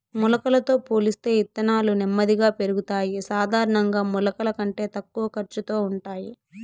మొలకలతో పోలిస్తే ఇత్తనాలు నెమ్మదిగా పెరుగుతాయి, సాధారణంగా మొలకల కంటే తక్కువ ఖర్చుతో ఉంటాయి